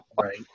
Right